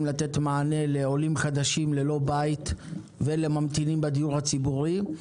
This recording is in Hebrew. לתת מענה לעולים חדשים ללא בית ולממתינים בדיור הציבורי.